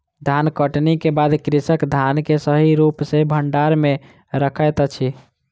धानकटनी के बाद कृषक धान के सही रूप सॅ भंडार में रखैत अछि